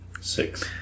Six